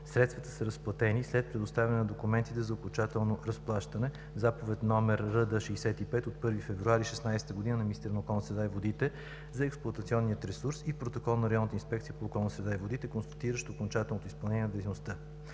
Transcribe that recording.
средствата са разплатени след предоставяне на документите за окончателно разплащане – Заповед № РД - 65 от 1 февруари 2016 г. на министъра на околната среда и водите за експлоатационния ресурс и протокол на Районната инспекция по околна среда и водите, констатиращ окончателното изпълнение на дейността.